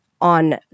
on